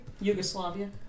Yugoslavia